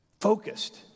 focused